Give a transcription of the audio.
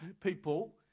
people